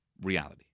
reality